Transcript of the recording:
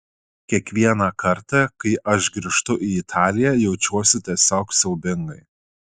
kiekvieną kartą kai aš grįžtu į italiją jaučiuosi tiesiog siaubingai